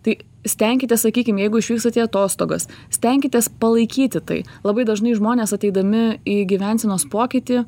tai stenkitės sakykim jeigu išvykstat į atostogas stenkitės palaikyti tai labai dažnai žmonės ateidami į gyvensenos pokytį